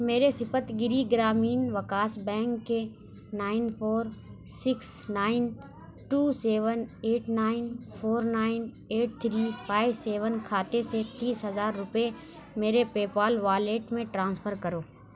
میرے Saptagiri Grameen Vikas bank کے nine four six nine two seven eight nine four nine eight three five seven کھاتے سے تیس ہزار روپے میرے پے پال والیٹ میں ٹرانسفر کرو